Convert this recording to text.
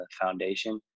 foundation